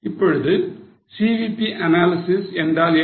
இப்பொழுது CVP analysis என்றால் என்ன